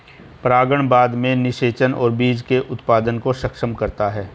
परागण बाद में निषेचन और बीज के उत्पादन को सक्षम करता है